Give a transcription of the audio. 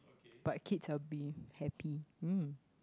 but kids I'll be happy mm